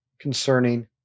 concerning